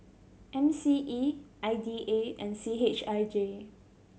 M C E I D A and C H I J